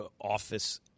office